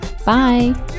Bye